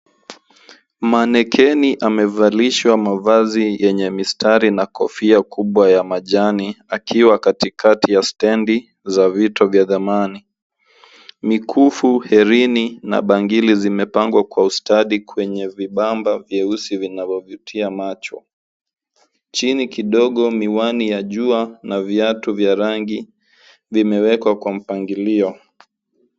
Manekeni amevalishwa mavazi yenye mistari na kofia kubwa ya majani akiwa katikati ya stendi za vitu vya dhamani .Mikufu, herini na bangili zimepangwa kwa ustadi kwenye vibamba vyeusi vinavyovutia macho. Chini kidogo miwani ya jua na viatu vya rangi vimewekwa kwa mpangilio.